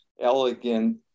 elegant